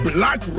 Black